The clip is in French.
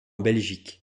belgique